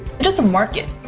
it is a market,